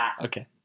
Okay